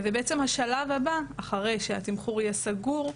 השלב הבא, אחרי שהתמחור יהיה סגור,